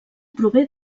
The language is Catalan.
prové